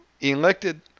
elected